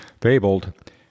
fabled